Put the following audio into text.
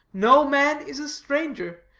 no man is a stranger.